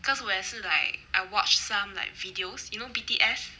cause 我也是 like I watch some like videos you know B_T_S